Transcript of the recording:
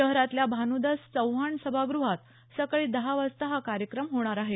शहरातल्या भानुदास चव्हाण सभागृहात सकाळी दहा वाजता हा कार्यक्रम होणार आहे